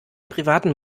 privaten